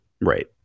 Right